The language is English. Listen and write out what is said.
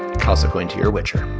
consequent to your winter